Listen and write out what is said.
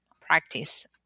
practice